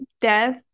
death